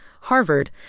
Harvard